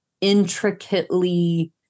intricately